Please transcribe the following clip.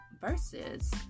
Versus